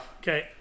okay